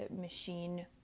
machine